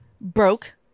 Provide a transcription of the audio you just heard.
Broke